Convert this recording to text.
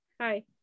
Hi